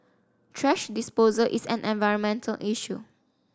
thrash disposal is an environmental issue